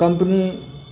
company